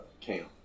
Camp